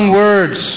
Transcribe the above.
words